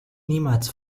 niemals